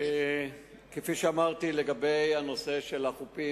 כפי שאמרתי לגבי הנושא של החופים,